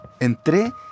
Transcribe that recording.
Entré